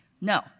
No